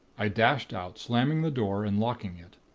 i dashed out, slamming the door and locking it.